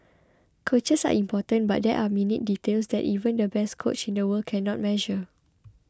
coaches are important but there are minute details that even the best coach in the world cannot measure